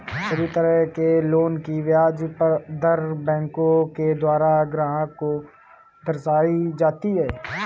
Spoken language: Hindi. सभी तरह के लोन की ब्याज दर बैंकों के द्वारा ग्राहक को दर्शाई जाती हैं